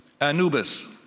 Anubis